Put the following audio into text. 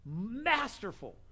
masterful